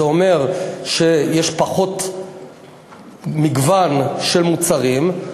זה אומר שיש פחות מגוון של מוצרים,